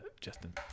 justin